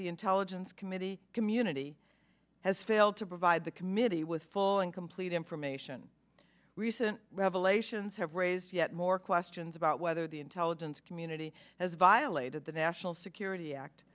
the intelligence the community has failed to provide the committee with full and complete information recent revelations have raised yet more questions about whether the intelligence community has violated the national security act